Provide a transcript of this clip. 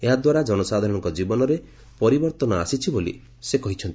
ଏହା ଦ୍ୱାରା ଜନସାଧାରଣଙ୍କ ଜୀବନରେ ପରିବର୍ତ୍ତନ ଆସିଛି ବୋଲି ସେ କହିଛନ୍ତି